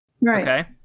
right